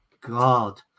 God